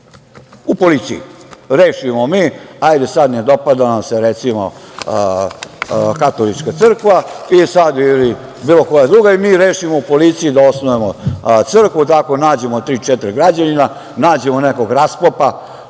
u policiji. Rešimo mi, hajde sada, dopada nam se recimo katolička crkva ili bilo koja druga i mi rešimo u policiji da osnujemo crkvu. Nađemo tri, četiri građanina, nađemo nekog raspopa,